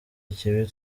ikibi